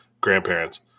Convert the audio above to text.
grandparents